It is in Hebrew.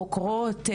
חוקרות,